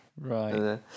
right